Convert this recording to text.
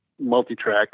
Multi-track